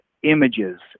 images